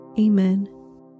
Amen